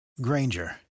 Granger